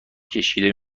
کشیده